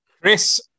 Chris